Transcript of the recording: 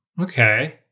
Okay